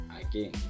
Again